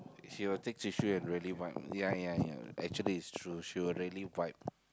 she will take tissue and really wipe ya ya ya actually it's true she will really wipe